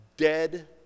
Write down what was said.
Dead